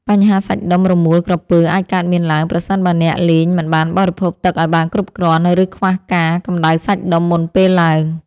បញ្ហាសាច់ដុំរមួលក្រពើអាចកើតមានឡើង ប្រសិនបើអ្នកលេងមិនបានបរិភោគទឹកឱ្យបានគ្រប់គ្រាន់ ឬខ្វះការកម្ដៅសាច់ដុំមុនពេលឡើង។